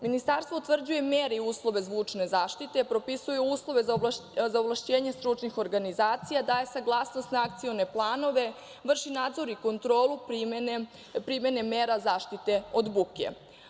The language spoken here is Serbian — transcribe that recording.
Ministarstvo utvrđuje mere i uslove zvučne zaštite, propisuje uslove za ovlašćenje stručnih organizacija, daje saglasnost na akcione planove, vrši nadzor i kontrolu primene mera zaštite od buke.